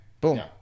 boom